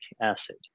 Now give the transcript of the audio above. acid